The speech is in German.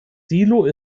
silo